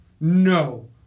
No